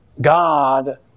God